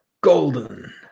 golden